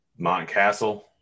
Montcastle